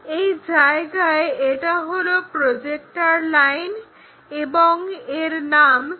এই জায়গায় এটা হলো প্রজেক্টর লাইন এবং এর নাম r